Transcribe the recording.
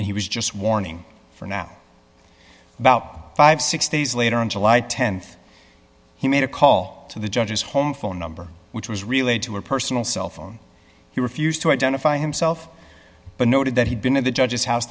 and he was just warning for now about fifty six days later on july th he made a call to the judge's home phone number which was relayed to her personal cell phone he refused to identify himself but noted that he'd been in the judges house